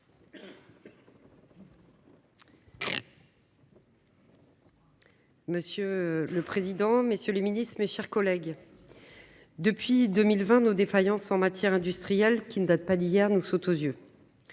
Monsieur le président, messieurs les ministres, mes chers collègues, depuis 2020, nos défaillances en matière industrielle, qui ne datent pas d'hier, sautent aux yeux.